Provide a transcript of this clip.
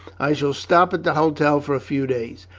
i shall stop at the hotel for a few days.